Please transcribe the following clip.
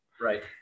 Right